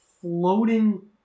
floating